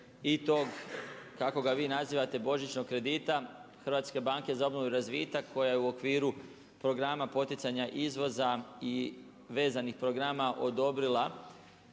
i tog kako ga vi nazivate božićnog kredita Hrvatske banke za obnovu i razvitak koja je u okviru Programa poticanja izvoza i vezanih programa odobrila